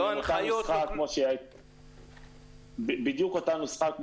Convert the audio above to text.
אנחנו פועלים על פי אותה הנוסחה.